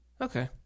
Okay